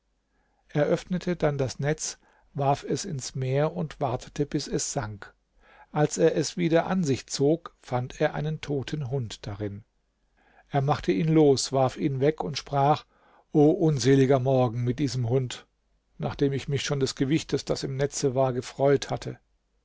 öffnete dann das netz warf es ins meer und wartete bis es sank als er es wieder an sich zog fand er einen toten hund darin er machte ihn los warf ihn weg und sprach o unseliger morgen mit diesem hund nachdem ich mich schon des gewichtes das im netze war gefreut hatte